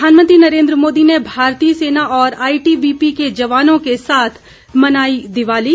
प्रधानमंत्री नरेन्द्र मोदी ने भारतीय सेना और आईटीबीपी के जवानों के साथ मनाई दिवाली